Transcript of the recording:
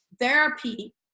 therapy